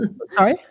Sorry